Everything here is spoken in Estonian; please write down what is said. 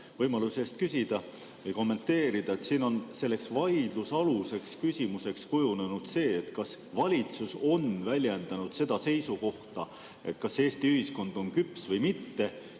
võimaluse eest küsida või kommenteerida! Siin on vaidlusaluseks küsimuseks kujunenud see, kas valitsus on väljendanud seisukohta, kas Eesti ühiskond on küps või mitte,